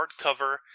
hardcover